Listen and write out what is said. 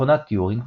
מכונת טיורינג,